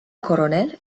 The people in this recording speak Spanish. coronel